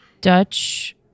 Dutch